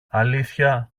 αλήθεια